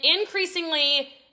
increasingly